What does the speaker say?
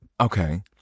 Okay